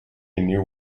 new